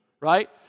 right